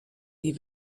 die